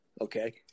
okay